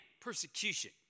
persecution